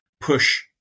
push